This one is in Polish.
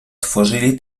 tworzyli